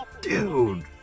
Dude